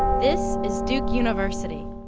this is duke university.